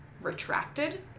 retracted